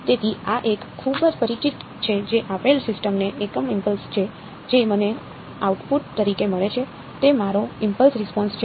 તેથી આ એક ખૂબ જ પરિચિત છે જે આપેલ સિસ્ટમ ને એકમ ઇમ્પલ્સ છે જે મને આઉટપુટ તરીકે મળે છે તે મારો ઇમ્પલ્સ રિસ્પોન્સ છે